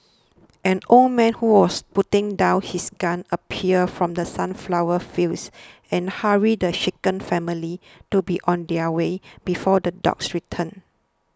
an old man who was putting down his gun appeared from the sunflower fields and hurried the shaken family to be on their way before the dogs return